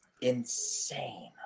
Insane